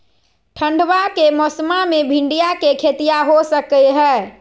ठंडबा के मौसमा मे भिंडया के खेतीया हो सकये है?